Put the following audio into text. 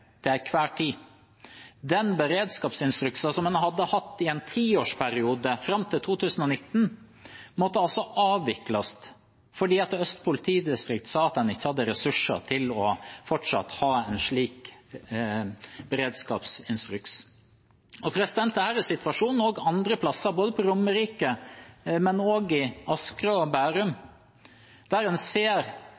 tid. Den beredskapsinstruksen som en hadde hatt i en tiårsperiode, fram til 2019, måtte avvikles fordi Øst politidistrikt sa de ikke hadde ressurser til fortsatt å ha en slik beredskapsinstruks. Dette er situasjonen også andre plasser på Romerike, men også i Asker og Bærum,